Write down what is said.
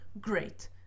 great